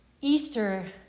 Easter